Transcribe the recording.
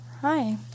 Hi